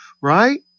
Right